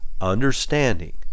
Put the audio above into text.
understanding